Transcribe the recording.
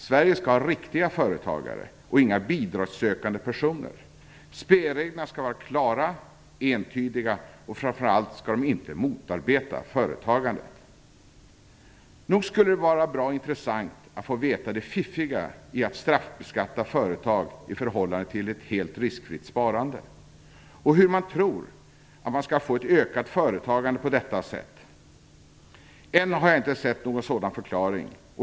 Sverige skall ha riktiga företagare och inga bidragssökande personer. Spelreglerna skall vara klara och entydiga, och framför allt skall de inte motarbeta företagandet. Fru talman! Nog skulle det vara bra intressant att få veta det fiffiga i att straffbeskatta företag i förhållande till ett helt riskfritt sparande och hur man tror att man skall få ett ökat företagande på detta sätt. Än har jag inte sett någon sådan förklaring.